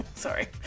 sorry